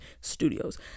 studios